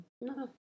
No